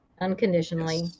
unconditionally